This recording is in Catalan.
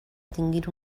tinguin